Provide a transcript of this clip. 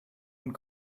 und